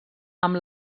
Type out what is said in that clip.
amb